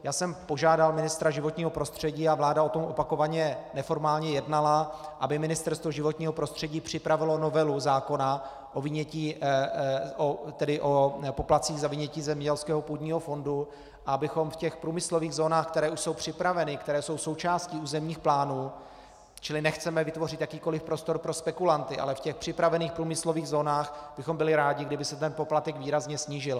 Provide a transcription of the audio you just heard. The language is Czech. Já jsem požádal ministra životního prostředí a vláda o tom opakovaně neformálně jednala, aby Ministerstvo životního prostředí připravilo novelu zákona o poplatcích o vynětí půdy ze zemědělského půdního fondu, abychom v průmyslových zónách, které už jsou připraveny, které jsou součástí územních plánů, čili nechceme vytvořit jakýkoli prostor pro spekulanty, ale v těch připravených průmyslových zónách bychom byli rádi, kdyby se ten poplatek výrazně snížil.